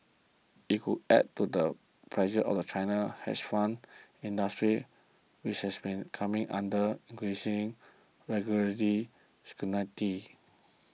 it would add to the pressure on China's hedge fund industry which has also been coming under increasing regulatory scrutiny